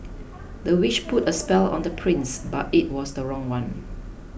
the witch put a spell on the prince but it was the wrong one